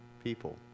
people